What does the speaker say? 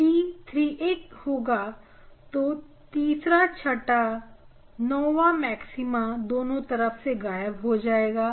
और जब d 3a होगा तो तीसरा छटा मैक्सिमा दोनों तरफ गायब हो जाएगा